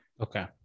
Okay